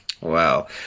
Wow